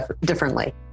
differently